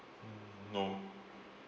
no